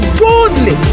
boldly